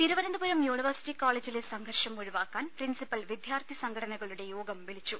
Thiruvananthapuram university കോളജിലെ സംഘർഷം ഒഴിവാക്കാൻ പ്രിൻസിപ്പൽ വിദ്യാർത്ഥി സംഘടനകളുടെ യോഗം വിളിച്ചു